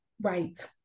right